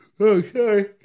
okay